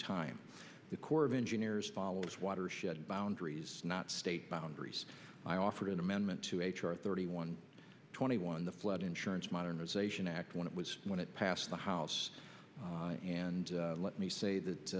time the corps of engineers follows watershed boundaries not state boundaries i offered an amendment to h r thirty one twenty one the flood insurance modernization act when it was when it passed the house and let me say